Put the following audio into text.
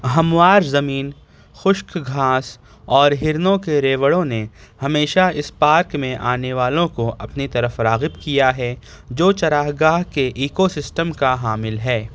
ہموار زمین خشک گھاس اور ہرنوں کے ریوڑوں نے ہمیشہ اس پارک میں آنے والوں کو اپنی طرف راغب کیا ہے جو چراگاہ کے ایکوسسٹم کا حامل ہے